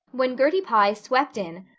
when gertie pye swept in,